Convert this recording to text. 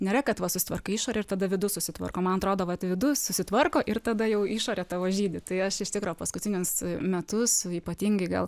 nėra kad va susitvarkai išorę ir tada vidus susitvarko man atrodo vat vidus susitvarko ir tada jau išorė tavo žydi tai aš iš tikro paskutinius metus ypatingai gal